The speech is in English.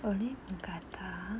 only mookata